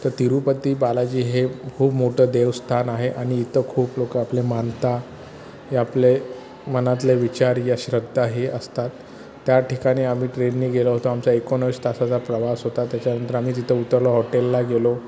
तर तिरुपती बालाजी हे खूप मोठं देवस्थान आहे आणि इथं खूप लोक आपले मानता आपले मनातले विचार या श्रद्धाही असतात त्या ठिकाणी आम्ही ट्रेननी गेलो होतो आमचा एकोणावीस तासाचा प्रवास होता त्याच्यानंतर आम्ही जिथं उतरलो हॉटेलला गेलो